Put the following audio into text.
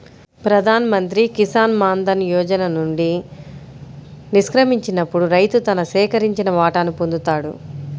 ప్రధాన్ మంత్రి కిసాన్ మాన్ ధన్ యోజన నుండి నిష్క్రమించినప్పుడు రైతు తన సేకరించిన వాటాను పొందుతాడు